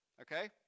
okay